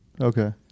Okay